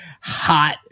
hot